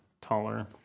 taller